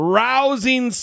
rousing